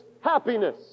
happiness